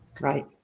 Right